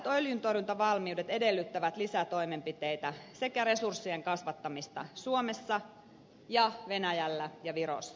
hyvät öljyntorjuntavalmiudet edellyttävät lisätoimenpiteitä sekä resurssien kasvattamista suomessa venäjällä ja virossa